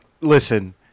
listen